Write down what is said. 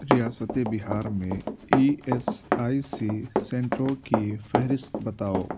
ریاست بہار میں E S I C سنٹروں کی فہرست بتاؤ